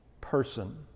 person